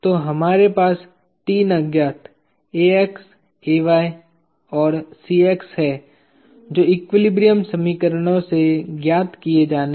तो हमारे पास 3 अज्ञात Ax Ay और Cx हैं जो एक्विलिब्रियम समीकरणों से ज्ञात किए जाने हैं